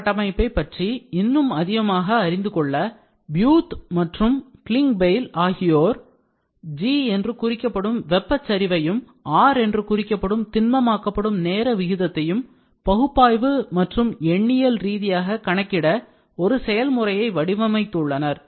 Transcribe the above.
நுண் கட்டமைப்பை பற்றி இன்னும் அதிகமாக அறிந்து கொள்ள Beuth மற்றும் Klingbeil ஆகியோர் G என்று குறிக்கப்படும் வெப்பச் சரிவையும் R என்று குறிக்கப்படும் திண்ணமாக்கப்படும் நேர விகிதத்தையும் பகுப்பாய்வு மற்றும் எண்ணியல் ரீதியாக கணக்கிட ஒரு செயல்முறையை வடிவமைத்துள்ளனர்